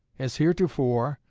as heretofore,